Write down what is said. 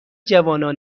جوانان